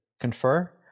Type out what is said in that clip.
confer